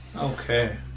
Okay